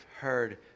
heard